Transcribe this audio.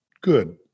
good